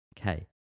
Okay